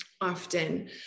often